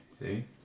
see